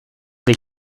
des